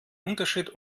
unterschied